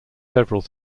several